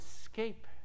escape